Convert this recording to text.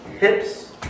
hips